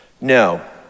No